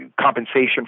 compensation